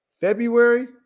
February